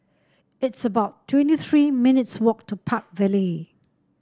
it's about twenty three minutes' walk to Park Vale